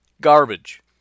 Garbage